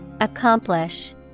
Accomplish